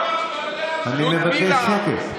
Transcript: אני מבקש שקט.